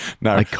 no